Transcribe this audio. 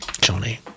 johnny